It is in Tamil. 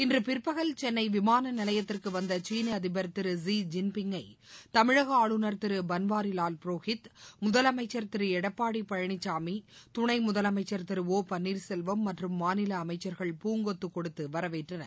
இன்று பிற்பகல் சென்னை விமான நிலையத்திற்கு வந்த சீன அதிபர் திரு ஸீ ஜின்பிங்கை தமிழக ஆளுநர் திரு பன்வாரிலால் புரோஹித் முதலமைச்சர் திரு எடப்பாடி பழனிசாமி துனை முதலமைச்சர் திரு ஒ பன்னீர்செல்வம் மற்றும் மாநில அமைச்சர்கள் பூங்கொத்து கொடுத்து வரவேற்றனர்